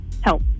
help